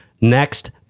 Next